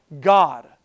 God